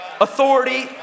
Authority